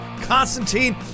Constantine